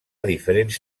diferents